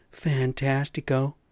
fantastico